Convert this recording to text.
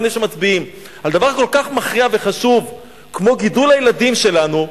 לפני שמצביעים על דבר כל כך מכריע וחשוב כמו גידול הילדים שלנו,